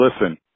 listen